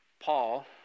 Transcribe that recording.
Paul